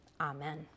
amen